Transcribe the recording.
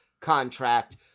contract